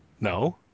No